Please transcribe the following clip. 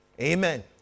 amen